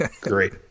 great